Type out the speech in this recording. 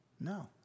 No